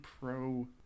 pro